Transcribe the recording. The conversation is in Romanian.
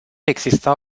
exista